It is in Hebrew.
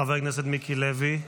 חבר הכנסת מיקי לוי,